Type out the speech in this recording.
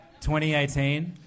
2018